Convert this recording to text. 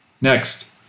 Next